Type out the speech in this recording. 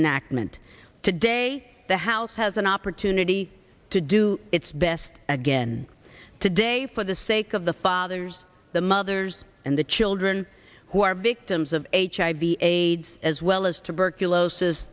meant today the house has an opportunity to do its best again today for the sake of the fathers the mothers and the children who are victims of hiv aids as well as tuberculosis